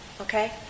Okay